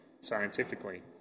scientifically